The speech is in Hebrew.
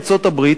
ארצות-הברית: